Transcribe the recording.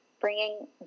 bringing